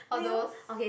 all those